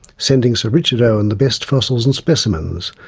sending sir richard owen the best fossils and specimens,